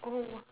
oh !wah!